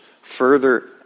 further